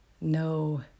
no